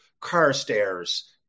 Carstairs